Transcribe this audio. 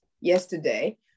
yesterday